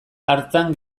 hartan